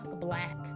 black